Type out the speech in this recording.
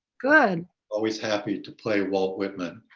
good. always happy to play walt whitman.